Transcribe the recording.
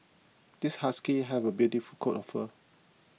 this husky have a beautiful coat of fur